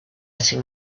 getting